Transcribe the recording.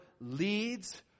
leads